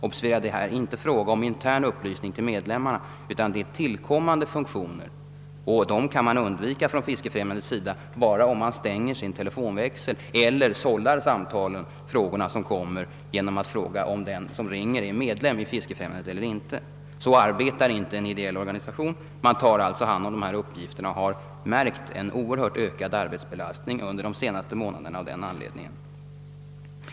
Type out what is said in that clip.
Observera att det här inte är fråga om en intern upplysning till medlemmarna utan om tillkommande funktioner, som Fiskefrämjandet kan undvika bara om det stänger sin telefonväxel eller sållar frågorna genom att ta reda på om den som ringer är medlem eller inte. Så arbetar inte en ideell organisation. Fiskefrämjandet tar alltså hand om denna information och har av den anledningen fått en oerhört ökad arbetsbelastning under de senaste månaderna.